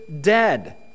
dead